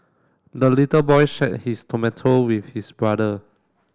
the little boy shared his tomato with his brother